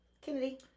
Kennedy